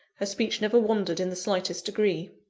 her speech never wandered in the slightest degree.